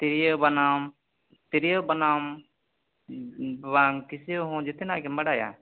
ᱛᱤᱨᱭᱳ ᱵᱟᱱᱟᱢ ᱛᱤᱨᱭᱳ ᱵᱟᱱᱟᱢ ᱵᱟᱝ ᱠᱤᱥᱭᱳ ᱦᱚᱸ ᱡᱚᱛᱚ ᱱᱟᱜ ᱜᱮᱢ ᱵᱟᱰᱟᱭᱟ